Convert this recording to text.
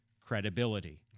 credibility